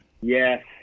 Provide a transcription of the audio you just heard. Yes